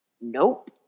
Nope